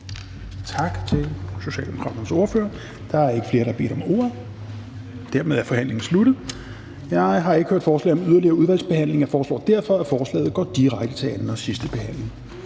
Tak til Socialdemokratiets ordfører. Der er ikke flere, der har bedt om ordet, og dermed er forhandlingen sluttet. Jeg har ikke hørt forslag om yderligere udvalgsbehandling. Jeg foreslår derfor, at forslaget går direkte til anden- og sidstebehandling.